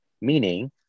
meaning